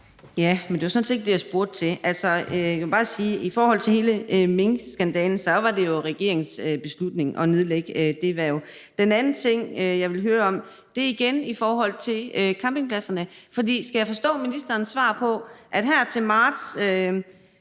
Ja, men det var sådan set ikke det, jeg spurgte til. Altså, jeg vil bare sige, at i forhold til hele minkskandalen var det jo regeringens beslutning at nedlægge det hverv. Den anden ting, jeg vil høre om, er igen i forhold til campingpladserne, for hvordan skal jeg forstå ministerens svar? Når man her sidst i marts